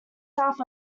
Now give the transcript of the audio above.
south